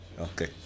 Okay